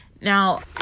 Now